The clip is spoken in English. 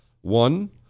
One